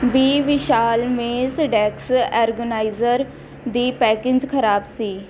B Vishal mesh desk organiser ਦੀ packaging ਖ਼ਰਾਬ ਸੀ